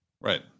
Right